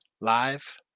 live